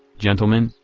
gentlemen,